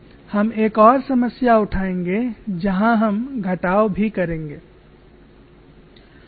हम एक और समस्या उठाएंगे जहां हम घटाव भी करेंगे